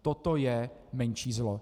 Toto je menší zlo.